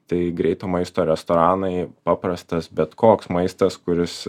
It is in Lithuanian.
tai greito maisto restoranai paprastas bet koks maistas kuris